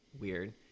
weird